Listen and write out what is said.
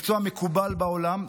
מקצוע מקובל בעולם,